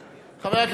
2011, נתקבלה.